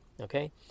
okay